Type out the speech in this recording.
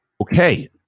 Okay